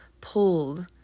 pulled